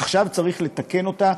עכשיו צריך לתקן אותה,